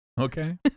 Okay